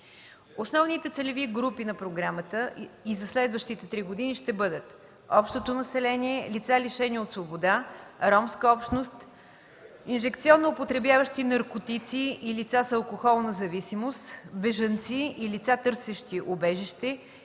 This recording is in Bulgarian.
Основните целеви групи на Програмата и за следващите три години ще бъдат: общото население; лица, лишени от свобода; ромска общност; инжекционно употребяващи наркотици и лица с алкохолна зависимост; бежанци и лица, търсещи убежище;